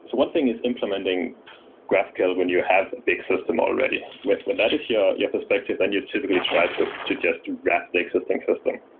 one thing is implementing graphql when you have a big system already. when when that is your your perspective, the and you typically try to just wrap the existing system.